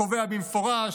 הקובע במפורש: